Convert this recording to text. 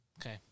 Okay